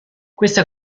questa